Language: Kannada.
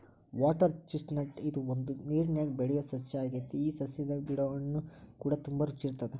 ವಾಟರ್ ಚಿಸ್ಟ್ನಟ್ ಇದು ಒಂದು ನೇರನ್ಯಾಗ ಬೆಳಿಯೊ ಸಸ್ಯ ಆಗೆತಿ ಈ ಸಸ್ಯದಾಗ ಬಿಡೊ ಹಣ್ಣುಕೂಡ ತುಂಬಾ ರುಚಿ ಇರತ್ತದ